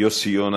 יוסי יונה,